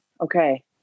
okay